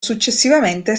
successivamente